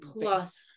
plus